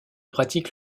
pratique